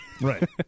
Right